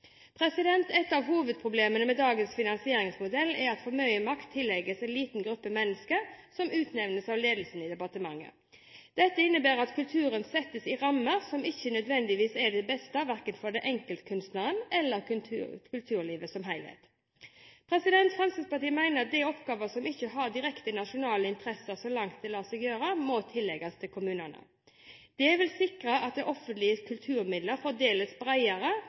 Et av hovedproblemene med dagens finansieringsmodell er at for mye makt tillegges en liten gruppe mennesker som utnevnes av ledelsen i departementet. Dette innebærer at kulturen settes i rammer som ikke nødvendigvis er til det beste for verken enkeltkunstneren eller kulturlivet som helhet. Fremskrittspartiet mener at de oppgaver som ikke har direkte nasjonale interesser, så langt det lar seg gjøre må tillegges kommunene. Dette vil sikre at